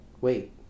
wait